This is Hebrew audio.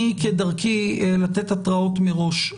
אני כדרכי לתת התראות מראש.